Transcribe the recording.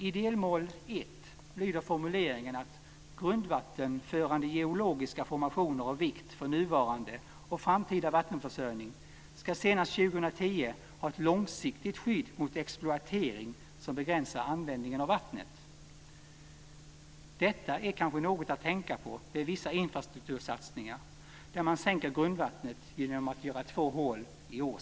I delmål 1 lyder formuleringen: Grundvattenförande geologiska formationer av vikt för nuvarande och framtida vattenförsörjning ska senast 2010 ha ett långsiktigt skydd mot exploatering som begränsar användningen av vattnet. Detta är kanske något att tänka på vid vissa infrastruktursatsningar, där man sänker grundvattnet genom att göra två hål i åsen.